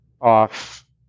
off